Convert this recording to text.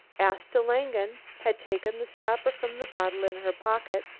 asta langen had taken the stopper from the bottle in her pocket,